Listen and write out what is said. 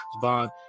bond